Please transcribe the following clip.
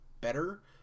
better